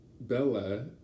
Bella